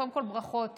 קודם כול, ברכות